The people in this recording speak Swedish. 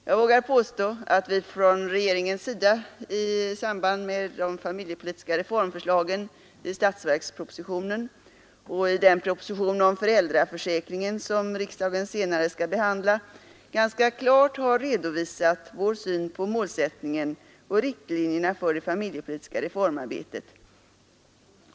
Jag vågar påstå att vi från regeringens sida i samband med de familjepolitiska reformförslagen i statsverkspropositionen och i den proposition om föräldraförsäkringen som riksdagen senare skall behandla ganska klart har redovisat vår syn på målsättningen och riktlinjerna för det familjepolitiska reformarbetet.